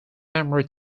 memory